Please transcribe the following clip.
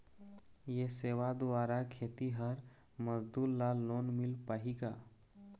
ये सेवा द्वारा खेतीहर मजदूर ला लोन मिल पाही का?